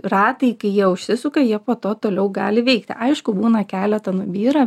ratai kai jie užsisuka jie po to toliau gali veikti aišku būna keletą nubyra